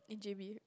in J_B